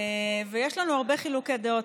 יש לנו הרבה חילוקי דעות,